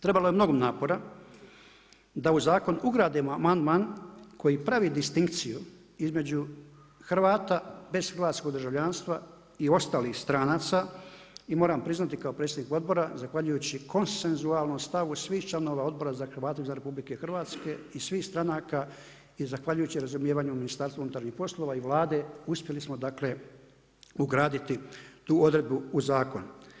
Trebalo je mnogo napora da u zakon ugradimo amandman koji pravi distinkciju između Hrvata bez hrvatskog državljanstva i ostalih stranaca i moram prihvatni kao predsjednik odbora zahvaljujući konsenzualno stavom svih članova Odbora za Hrvate izvan RH, i svih stranaka i zahvaljujući razumijevanju Ministarstvu unutarnjih poslova i Vlade uspjeli smo ugraditi tu odredbu u zakon.